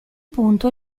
punto